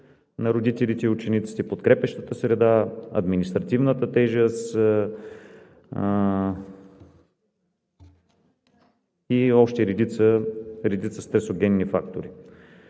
на родителите и учениците, подкрепящата среда, административната тежест и още редица стресогенни фактори.